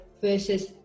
versus